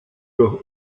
durch